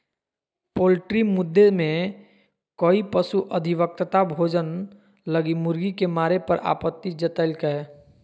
poultry मुद्दे में कई पशु अधिवक्ता भोजन लगी मुर्गी के मारे पर आपत्ति जतैल्कय